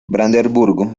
brandeburgo